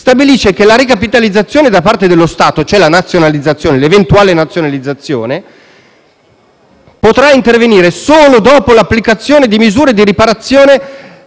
stabilisce che la ricapitalizzazione da parte dello Stato, cioè l'eventuale nazionalizzazione, potrà intervenire solo dopo l'applicazione di misure di ripartizione